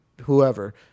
whoever